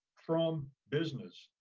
from business,